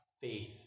faith